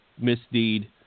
misdeed